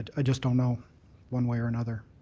ah i just don't know one way or another.